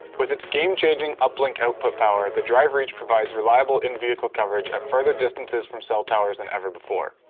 with it's game-changing uplink output power, the drive reach provides reliable in vehicle coverage at further distances from cell towers than ever before.